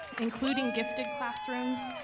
including gifted classrooms,